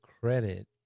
credit